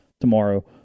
tomorrow